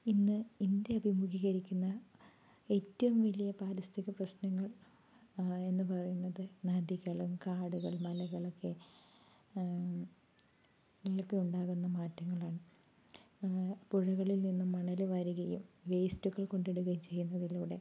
ഇന്ന് ഇന്ത്യ അഭിമുഖീകരിക്കുന്ന ഏറ്റവും വലിയ പാരിസ്ഥിതിക പ്രശ്നങ്ങൾ എന്നു പറയുന്നത് നദികളും കാടുകളും മലകളൊക്കെ ഇതിലൊക്കെ ഉണ്ടാകുന്ന മാറ്റങ്ങളാണ് പുഴകളിൽ നിന്നും മണൽ വാരുകയും വേസ്റ്റുകൾ കൊണ്ടിടുകയും ചെയ്യുന്നതിലൂടെ